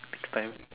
time